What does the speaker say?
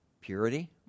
purity